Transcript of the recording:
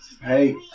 hey